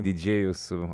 didžėjus su